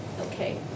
Okay